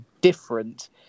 different